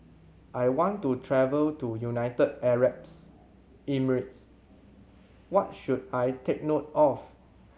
I want to travel to United Arab Emirates What should I take note of